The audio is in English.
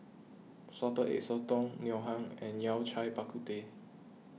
Salted Egg Sotong Ngoh Hiang and Yao Cai Bak Kut Teh